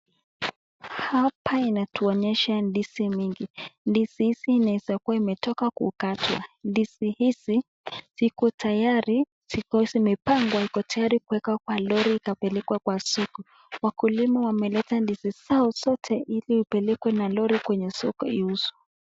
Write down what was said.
Hapa inatuonyesha ndizi mingi. Ndizi hizi inaeza kua imetoka kukatwa. Ndizi hizi ziko tayari zikiwa zimepangwa tayari kuekwa kwa lori ikapelekwa soko. Wakulima wameleta ndizi zao zote ili ipelekwe kwenye lori kwenye soko iuzwe.